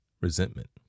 Resentment